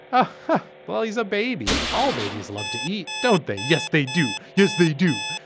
but well he's a baby. all babies love to eat don't they. yes they do. yes they do.